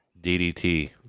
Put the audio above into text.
DDT